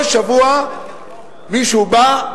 כל שבוע מישהו בא,